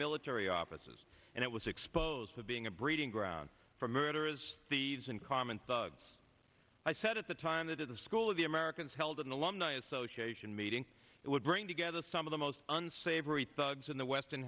military offices and it was exposed to being a breeding ground for murderous these uncommon thugs i said at the time that at the school of the americans held in the long night association meeting it would bring together some of the most unsavory thugs in the western